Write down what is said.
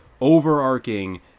overarching